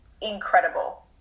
incredible